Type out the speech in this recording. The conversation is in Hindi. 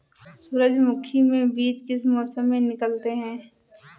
सूरजमुखी में बीज किस मौसम में निकलते हैं?